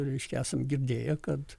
reiškia esam girdėję kad